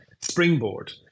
springboard